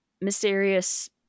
mysterious